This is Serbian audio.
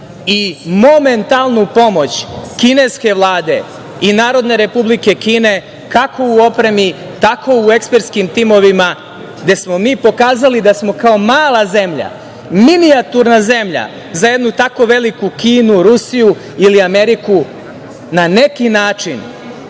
i momentalnu pomoć kineske vlade i Narodne Republike Kine kako u opremi, tako i u ekspertskim timovima, gde smo mi pokazali da smo kao mala zemlja, minijaturna zemlja za jednu tako veliku Kinu, Rusiju ili Ameriku, na neki način